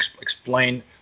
explain